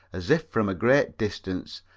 as if from a great distance,